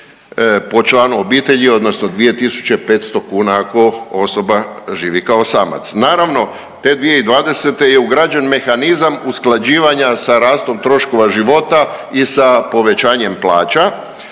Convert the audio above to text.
po članu obitelji odnosno 2.500 kuna ako osoba živi kao samac. Naravno te 2020. je ugrađen mehanizam usklađivanja sa rastom troškova života i sa povećanjem plaća.